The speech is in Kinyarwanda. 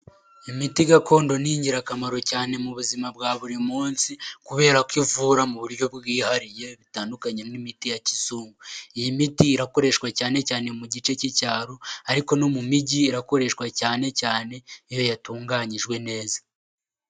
Imiti gakondo ni ingirakamaro cyane mu buzima bwa buri munsi, kubera ko ivura mu buryo bwihariye, bitandukanye n'imiti ya kizungu. Iyi miti irakoreshwa cyane cyane mu gice cy'icyaro, ariko no mu mijyi irakoreshwa cyane cyane iyo yatunganyijwe neza.